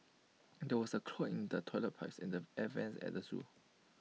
there was A clog in the toilet pipes and the air Vents at the Zoo